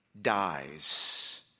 dies